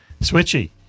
Switchy